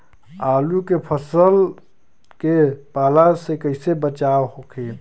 आलू के फसल के पाला से कइसे बचाव होखि?